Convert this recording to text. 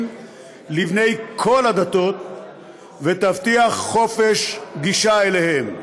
לבני כל הדתות ותבטיח חופש גישה אליהם,